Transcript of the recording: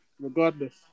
regardless